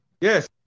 Yes